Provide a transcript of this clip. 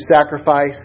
sacrifice